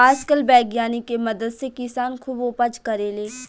आजकल वैज्ञानिक के मदद से किसान खुब उपज करेले